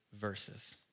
verses